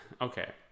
okay